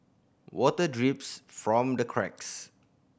water drips from the cracks